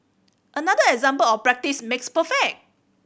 another example of practice makes perfect